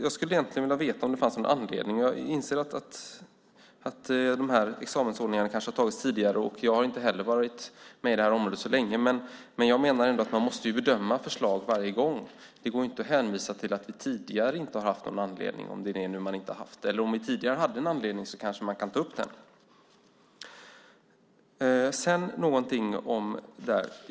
Jag skulle vilja veta om det finns någon anledning till det här. Jag inser att examensordningarna kanske har tagits tidigare. Jag har inte varit med på det här området så länge, men jag menar ändå att man måste bedöma förslag varje gång. Det går inte att hänvisa till att vi tidigare inte har haft någon anledning, om det nu har varit så. Om vi tidigare hade en anledning så kanske man kan ta upp den.